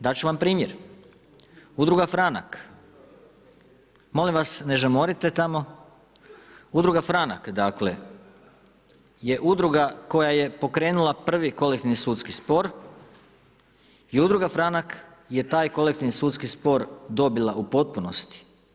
Dati ću vam primjer, udruga Franak, molim vas ne žamorite tamo, udruga Franak, je udruga koja je pokrenula prvi kolektivni sudski spor i udruga Franak je taj kolektivni sudski spor dobila u potpunosti.